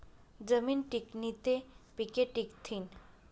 जमीन टिकनी ते पिके टिकथीन